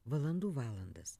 valandų valandas